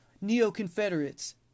Neo-Confederates